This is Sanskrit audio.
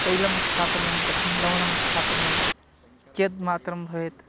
तैलं स्थापनीयं कथं लवणम् स्थापनीयं कियद् मात्रं भवेत्